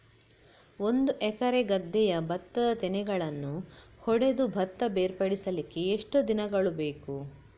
ಒಂದು ಎಕರೆ ಗದ್ದೆಯ ಭತ್ತದ ತೆನೆಗಳನ್ನು ಹೊಡೆದು ಭತ್ತ ಬೇರ್ಪಡಿಸಲಿಕ್ಕೆ ಎಷ್ಟು ದಿನಗಳು ಬೇಕು?